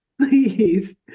please